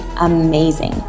amazing